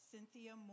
Cynthia